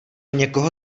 někoho